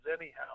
anyhow